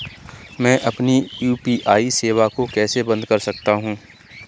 मैं अपनी यू.पी.आई सेवा को कैसे बंद कर सकता हूँ?